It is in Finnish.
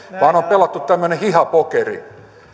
vaan on pelattu tämmöinen hihapokeri